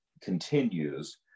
continues